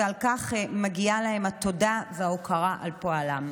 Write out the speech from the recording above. ועל כך מגיעה להם התודה וההוקרה על פועלם.